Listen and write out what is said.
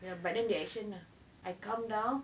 ya but then they action ah I come down